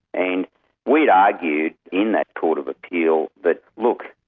and we'd argued in that court of appeal that look,